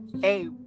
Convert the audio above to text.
hey